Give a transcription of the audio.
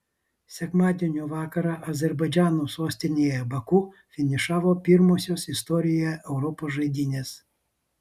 sekmadienio vakarą azerbaidžano sostinėje baku finišavo pirmosios istorijoje europos žaidynės